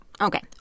Okay